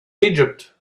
egypt